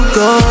go